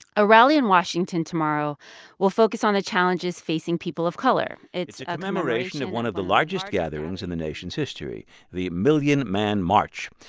a rally in washington tomorrow will focus on the challenges facing people of color. it's a commemoration of one of the largest gatherings in the nation's history the million man march.